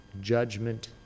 judgment